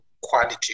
quality